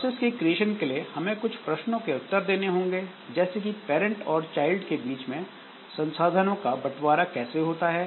process के creation के लिए हमें कुछ प्रश्नों के उत्तर देने होंगे जैसे कि पैरंट और चाइल्ड के बीच में संसाधनों का बंटवारा कैसे होता है